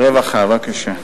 רווחה, בבקשה.